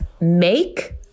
Make